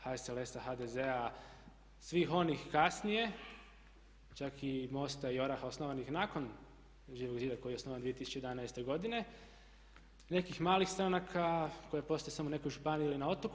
HSLS-a, HDZ-a, svih onih kasnije čak i MOST-a i ORAH-a osnovanih nakon Živog zida koji je osnovan 2011. godine, nekih malih stranaka koje postoje samo u nekoj županiji ili na otoku.